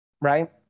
right